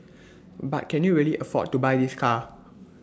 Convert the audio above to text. but can you really afford to buy this car